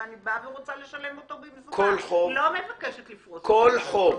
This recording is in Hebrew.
ואני באה ורוצה לשלם אותו במזומן ולא מבקשת לפרוס אותו לתשלומים.